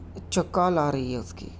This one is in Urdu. اچھا کال آ رہی ہے اس کی